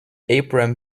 abram